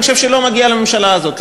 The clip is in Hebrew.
אני חושב שלא מגיע לממשלה הזאת,